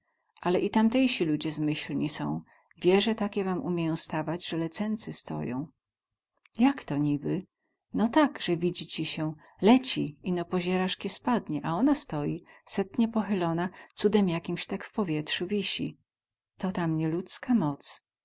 ale i tamtejsi ludzie zmyślni są wieze takie wam umieją stawiać ze lecęcy stoją jak to niby no tak ze widzi ci sie leci ino pozieras kie spadnie a ona stoi setnie pochylona cudem jakimsi tak w powietrzu wisi to tam nie ludzka moc